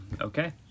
Okay